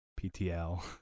PTL